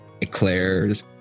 eclairs